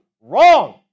Wrong